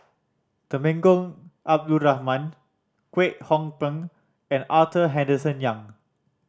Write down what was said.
Temenggong Abdul Rahman Kwek Hong Png and Arthur Henderson Young